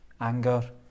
anger